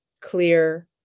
clear